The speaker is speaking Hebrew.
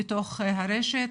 בתוך הרשת,